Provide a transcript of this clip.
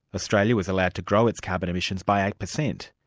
australia was allowed to grow its carbon emissions by ah percent.